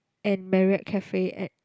and Marriott cafe at